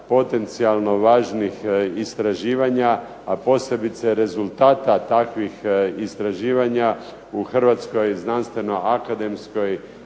potencijalno važnih istraživanja, a posebice rezultata takvih istraživanja u Hrvatskoj znanstveno akademskoj